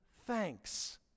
thanks